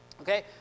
Okay